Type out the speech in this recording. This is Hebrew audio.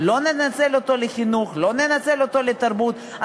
לא ננצל אותו לחינוך ולא ננצל אותו לתרבות,